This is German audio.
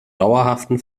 dauerhaften